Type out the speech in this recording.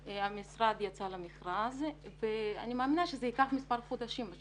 המשרד יצא למכרז ואני מאמינה שזה ייקח מספר חודשים עד